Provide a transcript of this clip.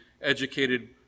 educated